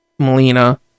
melina